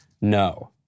No